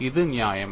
இது நியாயமா